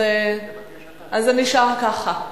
אז זה נשאר ככה.